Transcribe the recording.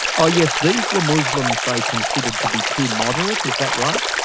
oh yes these were muslims they considered to be too moderate, is that right?